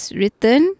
written